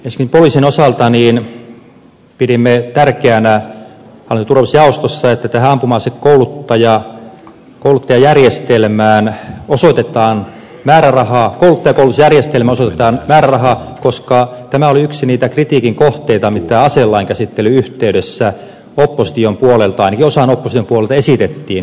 myöskin poliisin osalta pidimme tärkeänä hallinto ja turvallisuusjaostossa että tähän ampuma asekouluttajien koulutusjärjestelmään osoitetaan määrärahaa pyyteetön järjestelmä osui tänä määräraha koska tämä oli yksi niitä kritiikin kohteita mitä aselain käsittelyn yhteydessä opposition ainakin osan opposition puolelta esitettiin